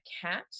cat